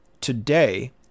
today